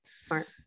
smart